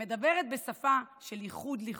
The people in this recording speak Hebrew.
מדברת בשפה של איחוד לכאורה,